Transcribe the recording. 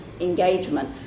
engagement